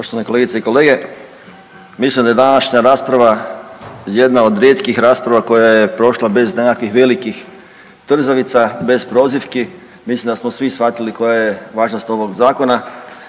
Poštovane kolegice i kolege, mislim da je današnja rasprava jedna od rijetkih rasprava koja je prošla bez nekakvih velikih trzavica, bez prozivki. Mislim da smo svi shvatili koja je važnost ovog zakona,